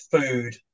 food